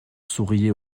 souriaient